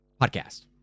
podcast